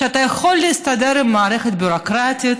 שאתה יכול להסתדר עם המערכת הביורוקרטית.